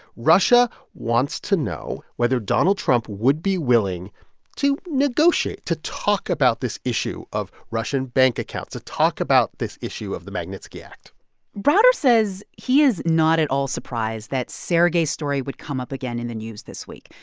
russia wants to know whether donald trump would be willing to negotiate, to talk about this issue of russian bank accounts, to talk about this issue of the magnitsky act browder says he is not at all surprised that sergei's story would come up again in the news this week.